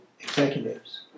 executives